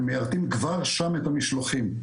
הם מיירטים כבר שם את המשלוחים,